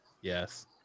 Yes